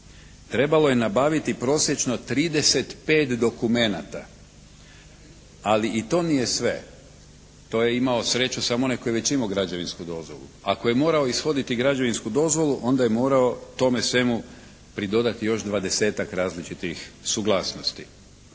Trebalo je nabaviti prosječno 35 dokumenata, ali i to nije sve. To je imao sreću samo onaj koji je već imao građevinsku dozvolu. Ako je morao ishoditi građevinsku dozvolu onda je morao tome svemu pridodati još 20-tak različitih suglasnosti.